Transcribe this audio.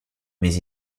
mais